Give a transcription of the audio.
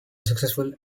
successful